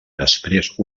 després